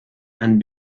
and